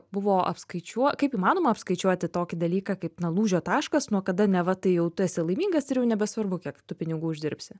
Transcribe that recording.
buvo apskaičiuo kaip įmanoma apskaičiuoti tokį dalyką kaip na lūžio taškas nuo kada neva tai jau tu esi laimingas ir jau nebesvarbu kiek tu pinigų uždirbsi